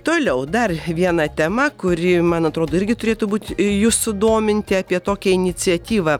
toliau dar viena tema kuri man atrodo irgi turėtų būt jus sudominti apie tokią iniciatyvą